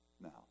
Now